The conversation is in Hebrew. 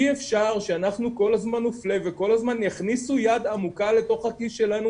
אי אפשר שאנחנו כל הזמן נופלה וכל הזמן יכניסו יד עמוקה לתוך הכיס שלנו